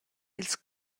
ils